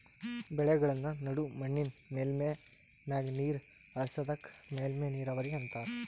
ಬೆಳೆಗಳ್ಮ ನಡು ಮಣ್ಣಿನ್ ಮೇಲ್ಮೈ ಮ್ಯಾಗ ನೀರ್ ಹರಿಸದಕ್ಕ ಮೇಲ್ಮೈ ನೀರಾವರಿ ಅಂತಾರಾ